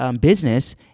business